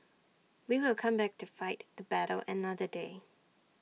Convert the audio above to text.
we will come back to fight the battle another day